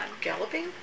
Galloping